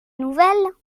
nouvelles